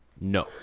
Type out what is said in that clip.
No